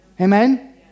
Amen